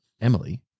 emily